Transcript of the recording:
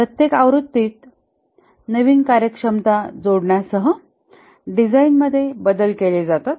प्रत्येक आवृत्तीत नवीन कार्यक्षम क्षमता जोडण्यासह डिझाइनमध्ये बदल केले जातात